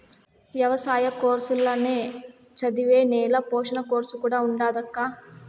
ఎవసాయ కోర్సుల్ల నే చదివే నేల పోషణ కోర్సు కూడా ఉండాదక్కా